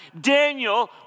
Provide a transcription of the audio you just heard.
Daniel